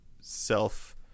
self